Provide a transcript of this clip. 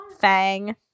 fang